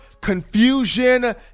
confusion